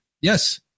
Yes